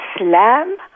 Islam